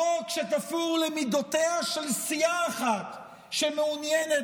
חוק שתפור למידותיה של סיעה אחת שמעוניינת